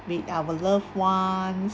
with our loved ones